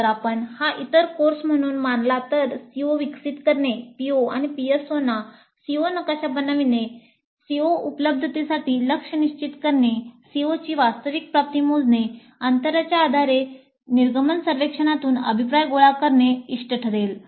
जर आपण हा इतर कोर्स म्हणून मानला तर CO विकसित करणे PO आणि PSOना CO नकाशा बनविणे CO उपलब्धतेसाठी लक्ष्य निश्चित करणे COची वास्तविक प्राप्ती मोजणे अंतरांच्या आधारे निर्गमन सर्वेक्षणातून अभिप्राय गोळा करणे इष्ट ठरेल